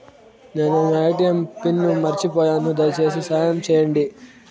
నేను నా ATM pin మర్చిపోయాను, దయచేసి సహాయం చేయండి